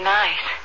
nice